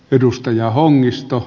edustaja hongisto